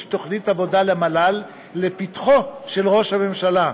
תוכנית עבודה למל"ל לפתחו של ראש הממשלה.